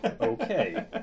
okay